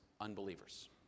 unbelievers